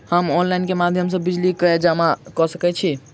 हम ऑनलाइन केँ माध्यम सँ बिजली कऽ राशि जमा कऽ सकैत छी?